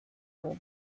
will